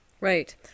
right